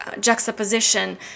juxtaposition